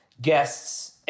guests